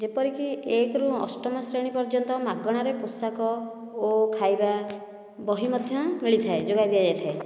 ଯେପରି କି ଏକ ରୁ ଅଷ୍ଟମ ଶ୍ରେଣୀ ପର୍ଯ୍ୟନ୍ତ ମାଗଣାରେ ପୋଷାକ ଓ ଖାଇବା ବହି ମଧ୍ୟ ମିଳିଥାଏ ଯୋଗାଇ ଦିଆଯାଇଥାଏ